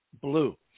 blue